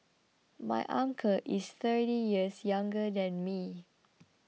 my uncle is thirty years younger than me